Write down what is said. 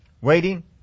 waiting